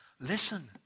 listen